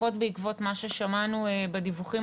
לפחות בעקבות מה ששמענו בדיווחים